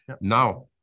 Now